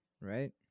right